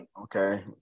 Okay